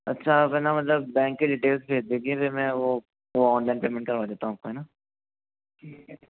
अच्छा आप है ना मतलब बैंक की डिटेल्स भेज दीजिए फिर मैं वो वो ऑनलाइन पेमेंट करवा देता हूँ आपको है ना